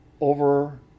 over